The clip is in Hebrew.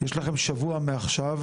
יש לכם שבוע מעכשיו,